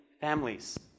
families